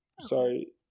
Sorry